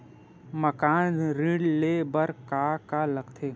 मकान ऋण ले बर का का लगथे?